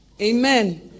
Amen